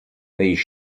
these